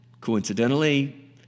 coincidentally